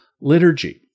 liturgy